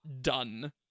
done